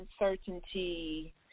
uncertainty